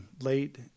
late